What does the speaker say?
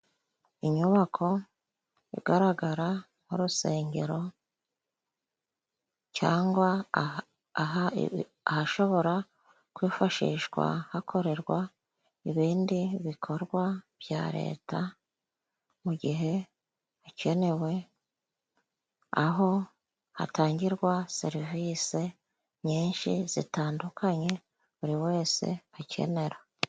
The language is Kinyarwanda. Inyubako igaragara nk'urusengero, cyangwa ahashobora kwifashishwa hakorerwa ibindi bikorwa bya Leta mu gihe bikenewe, aho hatangirwa serivisi nyinshi zitandukanye buri wese akenera.